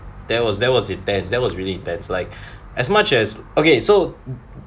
that was that was intense that was really intense like as much as okay so